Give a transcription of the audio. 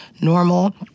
normal